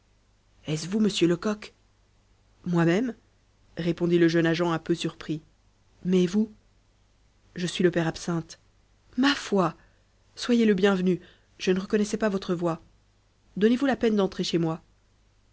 vous monsieur lecoq moi-même répondit le jeune agent un peu surpris mais vous je suis le père absinthe ma foi soyez le bienvenu je ne reconnaissais pas votre voix donnez-vous la peine d'entrer chez moi